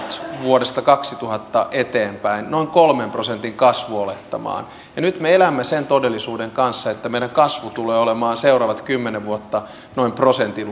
vuodesta kaksituhatta eteenpäin noin kolmen prosentin kasvuolettamaan ja nyt me elämme sen todellisuuden kanssa että meidän kasvumme tulee olemaan seuraavat kymmenen vuotta noin prosentin